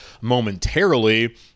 momentarily